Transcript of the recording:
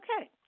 Okay